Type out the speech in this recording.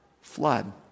flood